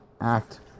act